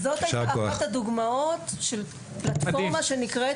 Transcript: זאת הייתה אחת הדוגמאות של פלטפורמה שנקראת